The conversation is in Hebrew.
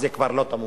זה כבר לא תמוה.